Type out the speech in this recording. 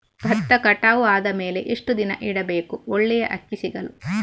ಭತ್ತ ಕಟಾವು ಆದಮೇಲೆ ಎಷ್ಟು ದಿನ ಇಡಬೇಕು ಒಳ್ಳೆಯ ಅಕ್ಕಿ ಸಿಗಲು?